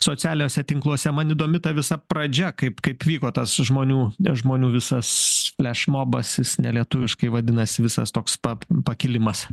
socialiniuose tinkluose man įdomi ta visa pradžia kaip kaip vyko tas žmonių e žmonių visas flešmobas jis nelietuviškai vadinasi visas toks pap pakilimas